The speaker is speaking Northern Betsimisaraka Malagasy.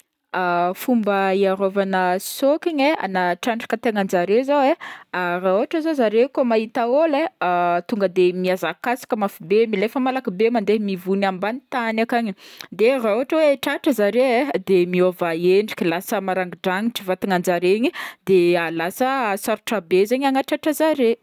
Fomba hiarovana sôkigny e na trandraka tegnanjare zao e, raha ôhatra zao zareo ke mahita ôlo tonga de mihazakazaka mafy be milefa malaky be mivony antagny ankagny de raha ôhatra hoe tratra zareo e de miova endrika lasa marangidranitry vatanan-jare i de lasa sarotra be zegny hanatratra zare.